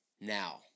now